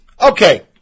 Okay